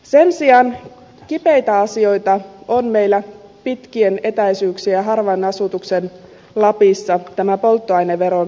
sen sijaan kipeitä asioita on meillä pitkien etäisyyksien ja harvan asutuksen lapissa tämä polttoaineveron korottaminen